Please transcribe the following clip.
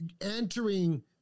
entering